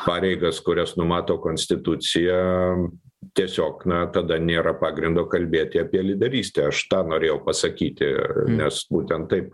pareigas kurias numato konstitucija tiesiog na tada nėra pagrindo kalbėti apie lyderystę aš tą norėjau pasakyti nes būtent taip